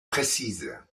précise